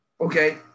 okay